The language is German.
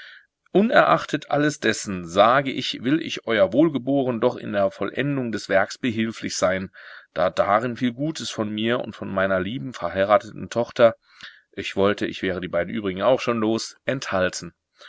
unerachtet alles dessen sage ich will ich ew wohlgeboren doch in der vollendung des werks behilflich sein da darin viel gutes von mir und von meiner lieben verheirateten tochter ich wollte ich wäre die beiden übrigen auch schon los